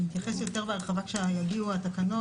ואני אתייחס יותר בהרחבה כשיגיעו התקנות,